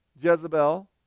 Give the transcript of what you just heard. Jezebel